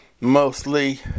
Mostly